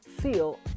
feel